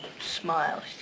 Smile